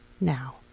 now